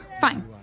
fine